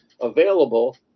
available